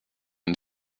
une